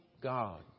God